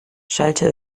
schallte